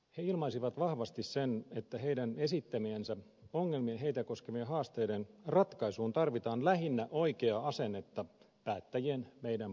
he ilmaisivat vahvasti sen että heidän esittämiensä ongelmien heitä koskevien haasteiden ratkaisuun tarvitaan lähinnä oikeaa asennetta päättäjien meidän puoleltamme